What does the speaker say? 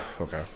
okay